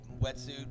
wetsuit